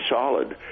solid